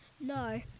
no